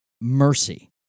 mercy